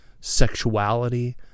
sexuality